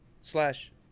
slash